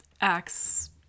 acts